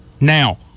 Now